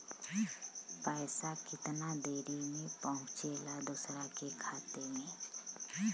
पैसा कितना देरी मे पहुंचयला दोसरा के खाता मे?